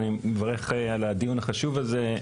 אני מברך על הדיון החשוב הזה,